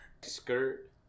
Skirt